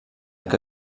que